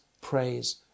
praise